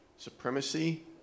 Supremacy